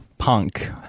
Punk